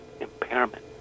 impairment